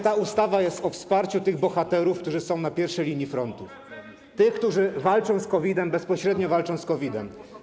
Ta ustawa jest właśnie o wsparciu tych bohaterów, którzy są na pierwszej linii frontu, tych, którzy walczą z COVID-em, bezpośrednio walczą z COVID-em.